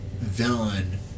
villain